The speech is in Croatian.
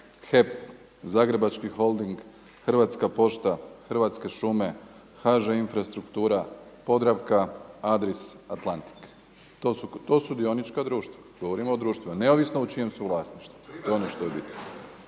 HEP, Zagrebački holding, Hrvatska pošta, Hrvatske šume, HŽ Infrastruktura, Podravka, Adris, Atlantik to su dionička društva neovisno u čijem su vlasništvu. Neovisno u čijem